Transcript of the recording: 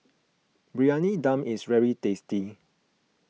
Briyani Dum is very tasty